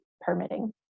permitting